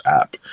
app